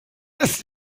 ist